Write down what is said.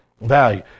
Value